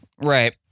Right